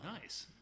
nice